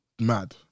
mad